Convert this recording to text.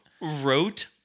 wrote